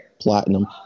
platinum